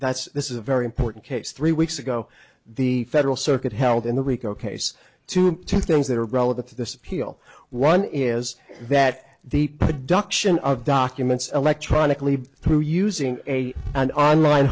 that's this is a very important case three weeks ago the federal circuit held in the rico case to two things that are relevant to this appeal one is that the production of documents electronically through using a an online